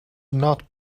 not